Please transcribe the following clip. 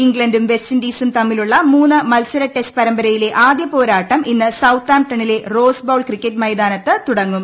ഇഴ്സ്ലണ്ടും west ഇൻഡീസും തമ്മിലുള്ള മൂന്ന് മത്സര ടെസ്റ്റ് പൂരമ്പയിലെ ആദ്യപോരാട്ടം ഇന്ന് സൌതാംപ്ടണിലെ റോസ് പ്ലൌ്ൾ ക്രിക്കറ്റ് മൈതാനത്ത് തുടങ്ങും